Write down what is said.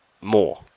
more